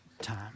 time